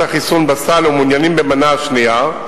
החיסון בסל ומעוניינים במנה השנייה,